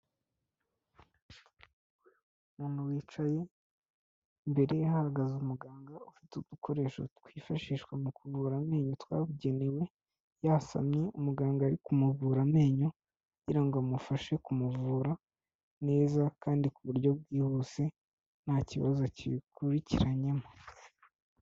Umuntu wicaye imbere ye hahagaze umuganga; ufite udukoresho twifashishwa mu kuvura amenyo twabugenewe, yasamye , umuganga ari kumuvura amenyo kugira ngo amufashe kumuvura neza kandi ku buryo bwiza bwihuse; nta kibazo kibikurikiranyemo.